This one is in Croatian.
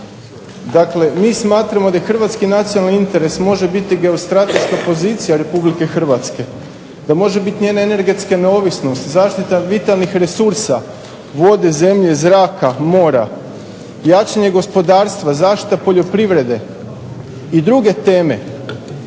Dakle, mi smatramo da je hrvatski nacionalni interes može biti geostrateška pozicija republike Hrvatske, da može biti njena energetska neovisnost, zaštita vitalnih resursa, vode, zemlje, zraka, mora, jačanje gospodarstva zaštita poljoprivrede, i druge teme.